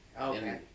okay